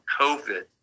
COVID